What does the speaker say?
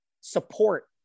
support